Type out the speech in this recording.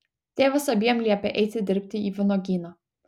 tėvas abiem liepia eiti dirbti į vynuogyną